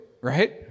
right